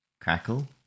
crackle